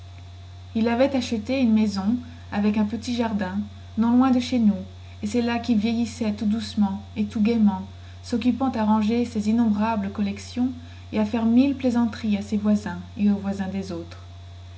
il avait acheté une maison avec un petit jardin non loin de chez nous et cest là quil vieillissait tout doucement et tout gaiement soccupant à ranger ses innombrables collections et à faire mille plaisanteries à ses voisins et aux voisins des autres